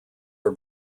are